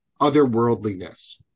otherworldliness